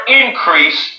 increase